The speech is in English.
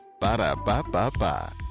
Ba-da-ba-ba-ba